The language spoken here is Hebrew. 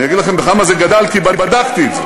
אני אגיד לכם בכמה זה גדל, כי בדקתי את זה.